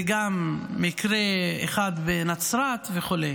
וגם מקרה אחד בנצרת, וכו'.